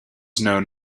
known